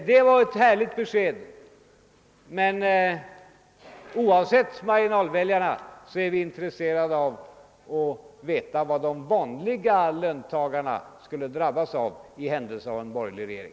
Det var ett ärligt besked, men oavsett marginalväljarna är vi intresserade av att veta vad de vanliga löntagarna skulle drabbas av i händelse av en borgerlig regering.